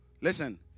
Listen